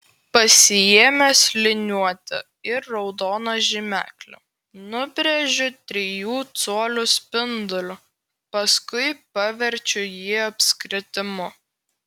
pasiėmęs liniuotę ir raudoną žymeklį nubrėžiu trijų colių spindulį paskui paverčiu jį apskritimu